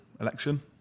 election